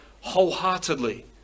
wholeheartedly